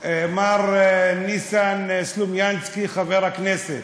מר ניסן סלומינסקי, חבר הכנסת,